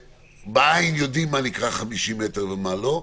שבעין יודעים מה נקרא 50 מ"ר ומה לא,